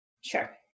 Sure